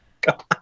god